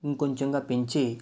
ఇంకొంచెంగా పెంచి